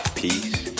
peace